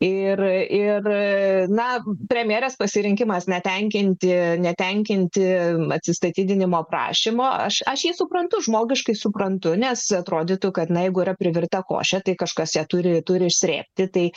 ir ir na premjerės pasirinkimas netenkinti netenkinti atsistatydinimo prašymo aš aš jį suprantu žmogiškai suprantu nes atrodytų kad na jeigu yra privirta košė tai kažkas ją turi t uri išsrėbti tai